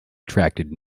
attracted